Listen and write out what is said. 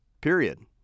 period